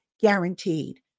guaranteed